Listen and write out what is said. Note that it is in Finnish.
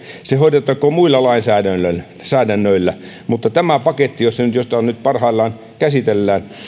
hoidettakoon muilla lainsäädännöillä lainsäädännöillä tämä paketti jota nyt parhaillaan käsitellään